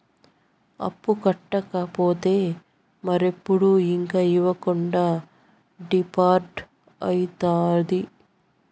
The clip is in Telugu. అప్పు కట్టకపోతే మరెప్పుడు ఇంక ఇవ్వకుండా డీపాల్ట్అయితాది